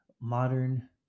modern